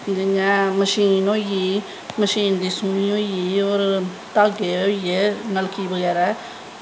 जियां मशीन होई गेई मशीन दी सूई होई गेई और धागे होईये नलकी बगैरा